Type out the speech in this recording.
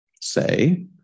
say